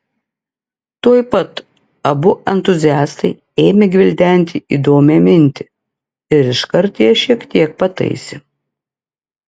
tuoj pat abu entuziastai ėmė gvildenti įdomią mintį ir iškart ją šiek tiek pataisė